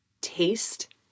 taste